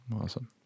Awesome